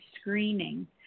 screening